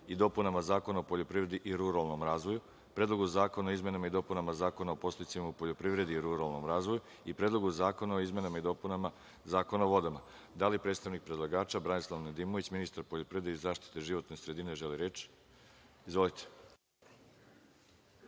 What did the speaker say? i dopunama Zakona o poljoprivredi i ruralnom razvoju, Predlogu zakona o izmenama i dopunama Zakona o podsticajima u poljoprivredi i ruralnom razvoju i Predlogu zakona o izmenama i dopunama Zakona o vodama. Da li predstavnik predlagača, Branislav Nedimović, ministar poljoprivrede i zaštite životne sredine, želi reč? Izvolite.